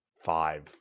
five